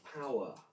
power